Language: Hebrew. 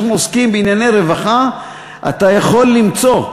כשאנחנו עוסקים בענייני רווחה אתה יכול למצוא,